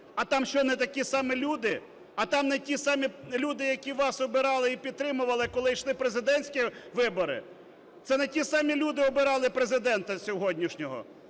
А там що, не такі самі люди, а там не ті самі люди, які вас обирали і підтримували, коли йшли президентські вибори? Це не ті самі люди обирали Президента сьогоднішнього?